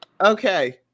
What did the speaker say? Okay